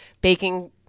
baking